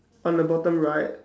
on the bottom right